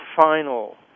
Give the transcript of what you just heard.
final